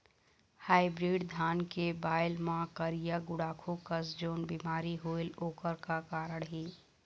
Hybrid धान के बायेल मां करिया गुड़ाखू कस जोन बीमारी होएल ओकर का कारण हे?